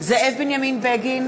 זאב בנימין בגין,